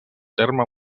terme